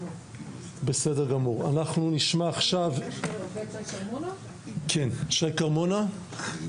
בסדר גמור, אנחנו נשמע עכשיו את שי שמאי